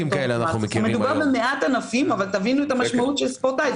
מדובר במעט ענפים אבל תבינו את המשמעות של ספורטאי.